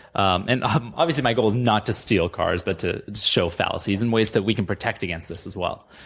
um and um obviously, my goal is not to steal cars, but to show fallacies and ways that we can protect against this, as well,